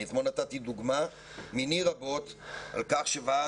אני אתמול נתתי דוגמה מני רבות על כך שוועד